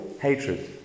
hatred